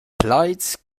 plaids